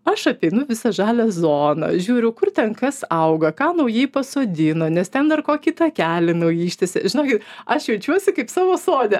aš apeinu visą žalią zoną žiūriu kur ten kas auga ką naujai pasodino nes ten dar kokį takelį naujai ištiesia žinokit aš jaučiuosi kaip savo sode